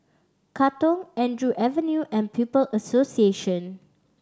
Katong Andrew Avenue and People Association